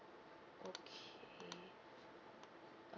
okay